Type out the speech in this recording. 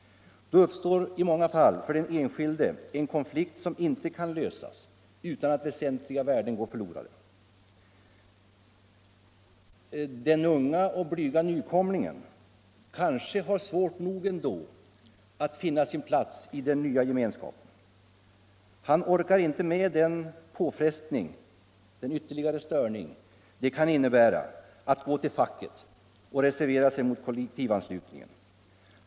Då uppstår i många fall för den enskilde en konflikt som inte kan lösas utan att väsentliga värden går förlorade. Den unga och blyga nykomlingen kanske har svårt nog ändå att finna sin plats i den nya gemenskapen. Han orkar inte med den påfrestning, den ytterligare störning det kan innebära att gå till facket och reservera sig mot kollektivanslutningen.